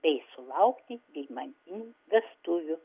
bei sulaukti deimantinių vestuvių